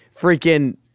freaking